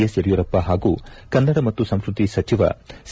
S Yediyurappa ಹಾಗೂ ಕನ್ನಡ ಮತ್ತು ಸಂಸ್ಟೃತಿ ಸಚಿವ ಸಿ